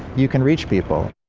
you can reach people.